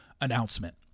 announcement